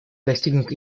достигнут